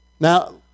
Now